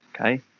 Okay